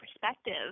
perspective